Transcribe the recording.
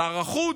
שר החוץ,